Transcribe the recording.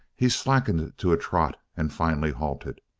he slackened to a trot and finally halted.